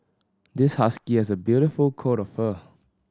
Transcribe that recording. this husky has a beautiful coat of fur